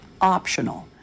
optional